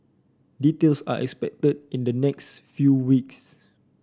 details are expected in the next few weeks